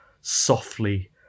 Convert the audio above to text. softly